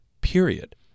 period